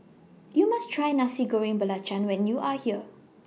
YOU must Try Nasi Goreng Belacan when YOU Are here